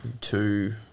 two